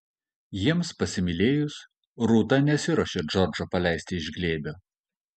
jiems pasimylėjus rūta nesiruošė džordžo paleisti iš glėbio